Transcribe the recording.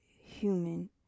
human